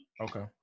Okay